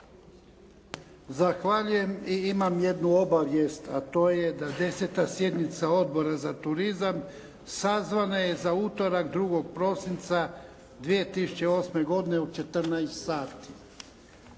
Zahvaljujem. I imam jednu obavijest, a to je da 10. sjednica Odbora za turizam sazvana je za utorak 2. prosinca 2008. godine u 14,00 sati.